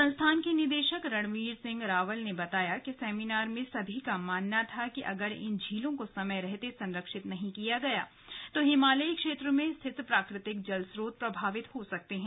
संस्थान के निदेशक रणवीर सिंह रावल ने बताया कि सेमिनार में सभी का मानना था कि अगर इन झीलों को समय रहते संरक्षित नहीं किया गया तो हिमालयी क्षेत्र में स्थित प्राकृतिक जल स्रोत प्रभावित हो सकते हैं